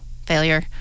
failure